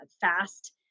fast